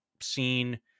seen